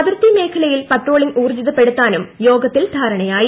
അതിർത്തി മേഖലയിൽ പട്രോളിംഗ് ഊർജ്ജിതപ്പെടുത്താനും യോഗത്തിൽ ധാരണയായി